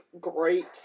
great